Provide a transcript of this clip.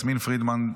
יסמין פרידמן,